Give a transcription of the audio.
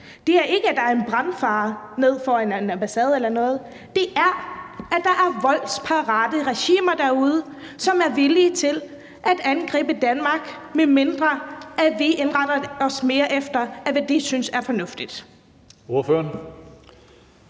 handler om, at der er en brandfare foran en ambassade eller noget andet, men at der er voldsparate regimer derude, som er villige til at angribe Danmark, medmindre vi indretter os mere efter, hvad de synes er fornuftigt?